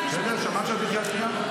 אמרתי "את בקריאה שנייה" שלוש פעמים.